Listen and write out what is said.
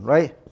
Right